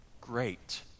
Great